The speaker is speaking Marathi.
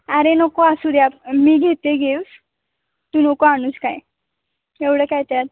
अरे नको असू द्या मी घेते गिफ्ट तू नको आणूस काय एवढं काय त्यात